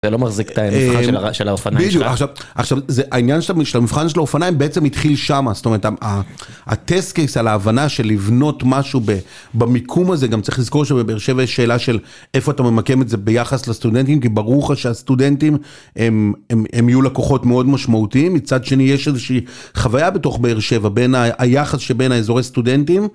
זה לא מחזיק את המבחן של האופניים שלך. עכשיו עניין של המבחן של האופניים בעצם התחיל שמה, זאת אומרת הטסט קייס על ההבנה של לבנות משהו במיקום הזה, גם צריך לזכור שבבאר שבע יש שאלה של איפה אתה ממקם את זה ביחס לסטודנטים, כי ברור לך שהסטודנטים הם יהיו לקוחות מאוד משמעותיים, מצד שני יש איזושהי חוויה בתוך באר שבע בין היחס שבין האזורי סטודנטים